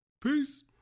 Peace